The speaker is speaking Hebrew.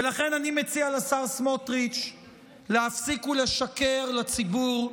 ולכן, אני מציע לשר סמוטריץ' להפסיק לשקר לציבור.